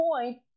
point